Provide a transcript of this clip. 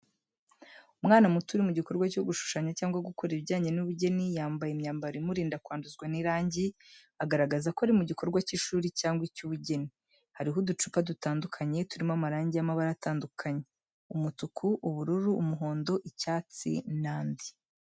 Umwana muto uri mu gikorwa cyo gushushanya cyangwa gukora ibijyanye n’ubugeni. Yambaye imyambaro imurinda kwanduzwa n’irangi, agaragaza ko ari mu gikorwa cy’ishuri cyangwa icy’ubugeni. Hariho uducupa dutandukanye, turimo amarangi y’amabara atandukanye: umutuku, ubururu, umuhondo, icyatsi, n’andi.